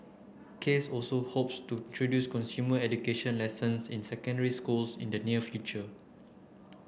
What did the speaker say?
case also hopes to introduce consumer education lessons in secondary schools in the near future